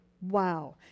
Wow